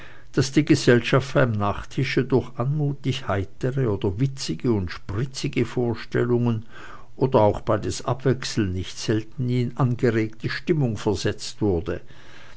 daß die gesellschaft beim nachtische durch anmutig heitere oder witzige und spitzige vorstellungen oder auch beides abwechselnd nicht selten in angeregte stimmung versetzt wurde